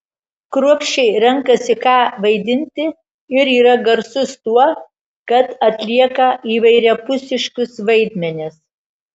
kruopščiai renkasi ką vaidinti ir yra garsus tuo kad atlieka įvairiapusiškus vaidmenis